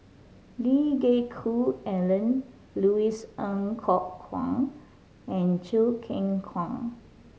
Lee Geck Hoon Ellen Louis Ng Kok Kwang and Choo Keng Kwang